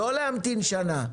לא להמתין שנה.